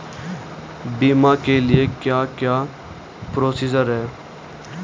बीमा के लिए क्या क्या प्रोसीजर है?